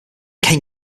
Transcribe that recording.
game